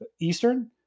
Eastern